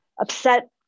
upset